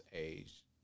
age